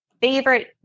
favorite